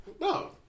No